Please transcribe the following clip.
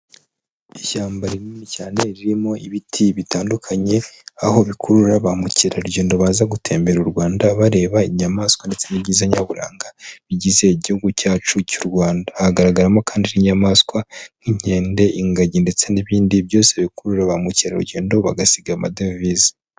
Ishyamba rinini cyane, ririmo ibiti bitandukanye, aho bikurura ba mukerarugendo baza gutembera u Rwanda bareba inyamaswa ndetse n'ibyiza nyaburanga bigize igihugu cyacu cy'u Rwanda. Haragaragaramo kandi n'inyamaswa nk'inkende, ingagi ndetse n'ibindi byose bikurura ba mukerarugendo bagasiga amadevize.